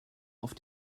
auf